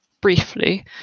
briefly